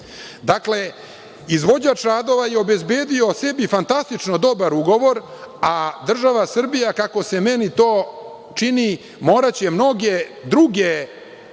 2.1.4.Dakle, izvođač radova je obezbedio sebi fantastično dobar ugovor, a država Srbija, kako se meni to čini, moraće mnoge druge